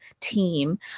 team